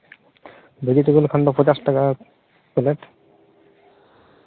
vegetable ᱠᱷᱟᱱᱫᱚ ᱯᱚᱸᱪᱟᱥ ᱴᱟᱠᱟ ᱯᱞᱮᱴ